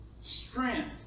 strength